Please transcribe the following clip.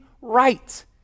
right